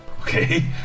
Okay